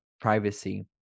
privacy